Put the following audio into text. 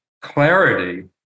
clarity